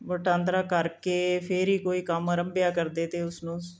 ਵਟਾਂਦਰਾ ਕਰਕੇ ਫਿਰ ਹੀ ਕੋਈ ਕੰਮ ਆਰੰਭਿਆ ਕਰਦੇ ਤੇ ਉਸਨੂੰ